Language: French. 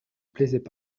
plaisaient